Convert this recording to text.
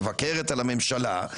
מבקרת את הממשלה,